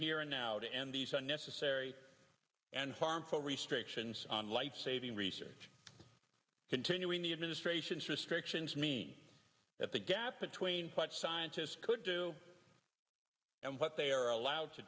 here and now to end these unnecessary and harmful restrictions on lifesaving research continuing the administration's prescriptions mean that the gap between what scientists could do and what they are allowed to